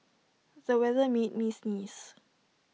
the weather made me sneeze